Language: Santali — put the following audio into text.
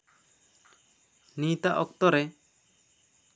ᱱᱤᱛᱟᱜ ᱚᱠᱛᱚ ᱨᱮ